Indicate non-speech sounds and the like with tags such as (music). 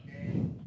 (breath)